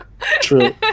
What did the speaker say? true